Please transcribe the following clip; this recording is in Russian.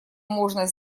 можно